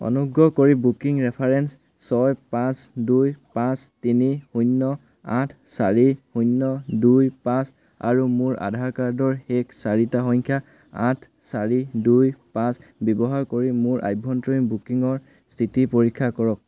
অনুগ্ৰহ কৰি booking reference ছয় পাঁচ দুই পাঁচ তিনি শূন্য আঠ চাৰি শূন্য দুই পাঁচ আৰু মোৰ আধাৰ কাৰ্ডৰ শেষ চাৰিটা সংখ্যা আঠ চাৰি দুই পাঁচ ব্যৱহাৰ কৰি মোৰ আভ্যন্তৰীণ বুকিঙৰ স্থিতি পৰীক্ষা কৰক